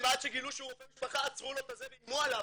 ועד שגילו שהוא רופא משפחה עצרו לו את זה ואיימו עליו,